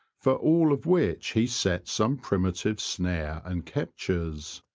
for all of which he sets some primitive snare and captures.